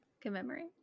commemorate